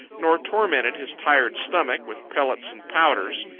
nor tormented his tired stomach with pellets and powders.